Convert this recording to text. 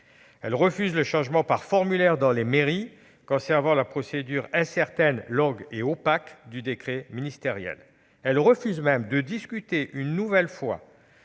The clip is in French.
Elle refuse le changement de nom par formulaire dans les mairies, conservant la procédure incertaine, longue et opaque du décret ministériel. Elle refuse même de discuter une nouvelle fois